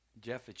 Jeff